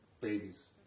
babies